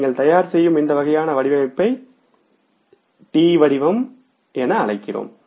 நீங்கள் தயார் செய்யும் இந்த வகையான வடிவமைப்பை T வடிவம் என அழைக்கிறோம்